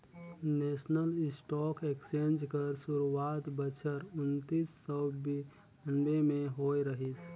national stock exchange कर सुरवात बछर उन्नीस सव बियानबें में होए रहिस